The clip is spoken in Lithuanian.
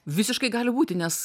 visiškai gali būti nes